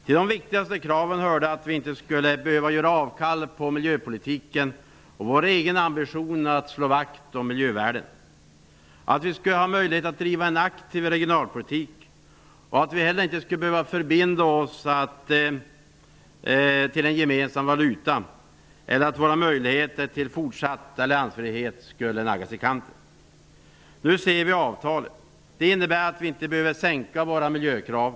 Till de viktigaste kraven hörde att vi inte skulle behöva göra avkall på miljöpolitiken och vår egen ambition att slå vakt om miljövärden. Vi ville ha möjlighet att driva en aktiv regionalpolitik. Vi ville inte heller vara tvungna att ansluta oss till en gemensam valuta. Våra möjligheter till fortsatt alliansfrihet skulle inte heller få naggas i kanten. Nu ser vi hur avtalet blev. Det innebär att vi inte behöver sänka våra miljökrav.